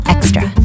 Extra